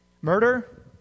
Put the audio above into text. murder